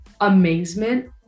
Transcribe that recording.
amazement